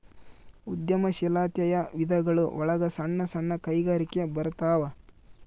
ಉದ್ಯಮ ಶೀಲಾತೆಯ ವಿಧಗಳು ಒಳಗ ಸಣ್ಣ ಸಣ್ಣ ಕೈಗಾರಿಕೆ ಬರತಾವ